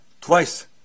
twice